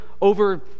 over